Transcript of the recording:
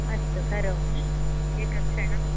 अस्तु करोमि एकक्षणं